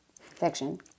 Fiction